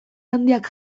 handiak